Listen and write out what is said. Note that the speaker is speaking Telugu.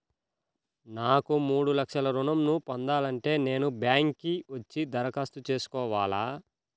నాకు మూడు లక్షలు ఋణం ను పొందాలంటే నేను బ్యాంక్కి వచ్చి దరఖాస్తు చేసుకోవాలా?